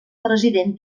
president